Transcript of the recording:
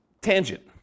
tangent